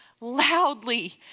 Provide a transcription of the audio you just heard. loudly